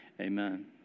Amen